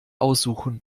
aussuchen